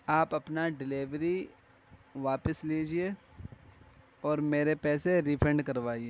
آپ اپنا ڈیلیوری واپس لیجیے اور میرے پیسے ریفنڈ کروائیے